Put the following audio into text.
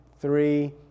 three